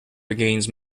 regains